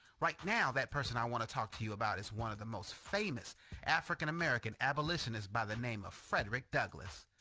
right now that person i want to talk to you about is one of the most famous african american abolitionists, by the name of frederick douglass.